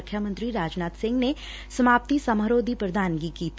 ਰੱਖਿਆ ਮੰਤਰੀ ਰਾਜਨਾਥ ਸਿੰਘ ਨੇ ਸਮਾਪਤੀ ਸਮਾਰੋਹ ਦੀ ਪ੍ਰਧਾਨਗੀ ਕੀਤੀ